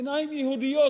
בעיניים יהודיות,